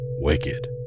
wicked